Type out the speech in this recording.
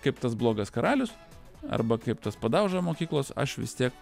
kaip tas blogas karalius arba kaip tas padauža mokyklos aš vis tiek